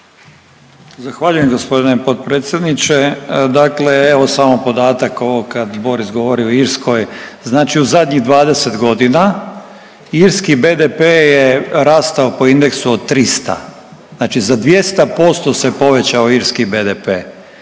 Zahvaljujem gospodine potpredsjedniče. Dakle, evo samo podatak ovo kad Boris govori o Irskoj. Znači u zadnjih 20 godina irski BDP je rastao po indeksu od 300. Znači za 200% se povećao Irski BDP.